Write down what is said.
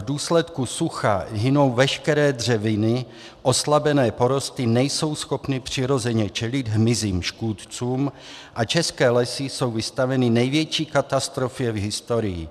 V důsledku sucha hynou veškeré dřeviny, oslabené porosty nejsou schopny přirozeně čelit hmyzím škůdcům a české lesy jsou vystaveny největší katastrofě v historii.